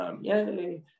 Yay